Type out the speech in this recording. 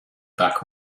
back